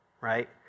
right